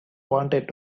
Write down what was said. wanted